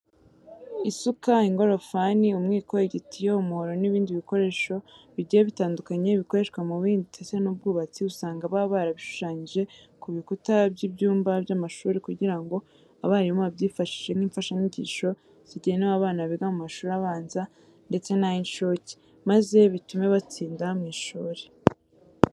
Isuka, ingorofani, umwiko, igitiyo, umuhoro n'ibindi bikoresho bigiye bitandukanye bikoreshwa mu buhinzi ndetse n'ubwubatsi usanga baba barabishushanyije ku bikuta by'ibyumba by'amashuri kugira ngo abarimu babyifashishe nk'imfashanyigisho zigenewe abana biga mu mashuri abanze ndetse n'ay'incuke maze bitume batsinda mu ishuri.